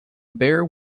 bare